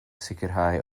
sicrhau